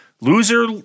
loser